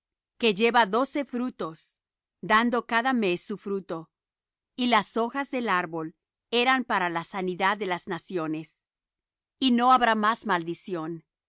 que lleva doce frutos dando cada mes su fruto y las hojas del árbol eran para la sanidad de las naciones y no habrá más maldición